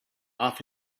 off